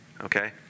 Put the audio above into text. Okay